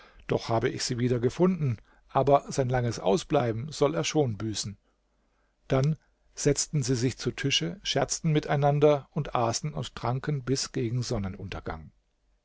doch habe ich sie wieder gefunden aber sein langes ausbleiben soll er schon büßen dann setzten sie sich zu tische und scherzten miteinander und aßen und tranken bis gegen sonnenuntergang